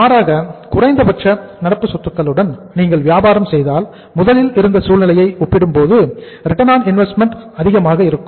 மாறாக குறைந்த நடப்புச் சொத்துக்களுடன் நீங்கள் வியாபாரம் செய்தால் முதலில் இருந்த சூழ்நிலையை ஒப்பிடும்போது ROI அதிகமாக இருக்கும்